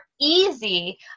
easy